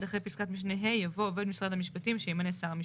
אחרי פסקת משנה ה' יבוא "עובד משרד המשפטים שימנה שר המשפטים".